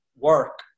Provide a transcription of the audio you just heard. work